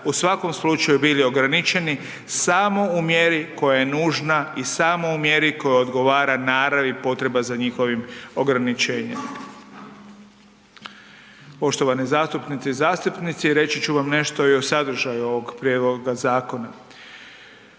u svakom slučaju bili ograničeni samo u mjeri koja je nužna i samo u mjeri koja odgovara naravi potrebe za njihovim ograničenjem. Poštovane zastupnice i zastupnici, reći ću vam nešto i o sadržaju ovog prijedloga zakona.